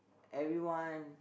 everyone